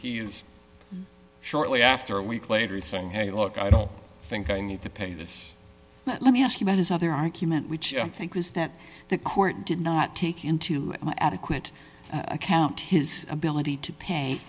is shortly after a week later saying hey look i don't think i need to pay this let me ask you about his other argument which i think is that the court did not take into adequate account his ability to pa